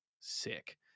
sick